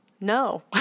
No